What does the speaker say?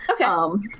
Okay